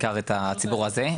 בעיקר את הציבור הזה,